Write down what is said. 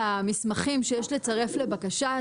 אבל יש לי הצעה לייעול הדיון,